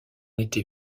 était